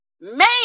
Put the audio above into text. Man